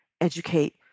educate